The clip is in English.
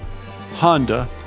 Honda